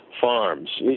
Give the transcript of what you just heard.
farms